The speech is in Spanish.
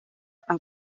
papa